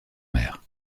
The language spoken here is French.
mère